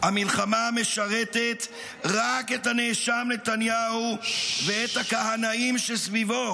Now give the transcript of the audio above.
-- המלחמה משרתת רק את הנאשם נתניהו ואת הכהנאים שסביבו?